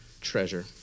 treasure